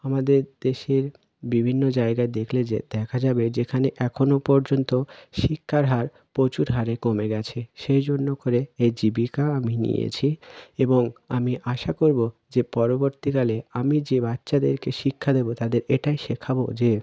আমাদের দেশের বিভিন্ন জায়গা দেখলে যে দেখা যাবে যে এখানে এখনও পর্যন্ত শিক্ষার হার প্রচুর হারে কমে গেছে সেই জন্য করে এই জীবিকা আমি নিয়েছি এবং আমি আশা করব যে পরবর্তীকালে আমি যে বাচ্চাদেরকে শিক্ষা দেবো তাদের এটাই শেখাব যে